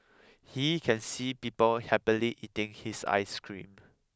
he can see people happily eating his ice cream